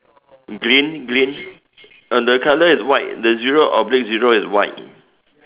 green green uh the color is white the zero oblique zero is white